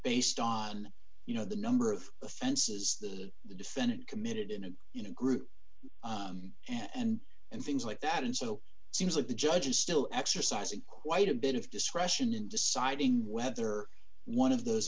based on you know the number of offenses the defendant committed in a in a group and and things like that and so it seems like the judge is still exercising quite a bit of discretion in deciding whether one of those